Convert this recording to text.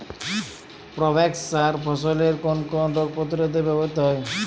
Provex সার ফসলের কোন কোন রোগ প্রতিরোধে ব্যবহৃত হয়?